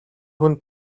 хүнд